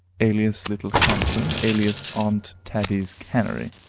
alias little handsome, alias aunt tabby's canary.